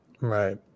right